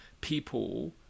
people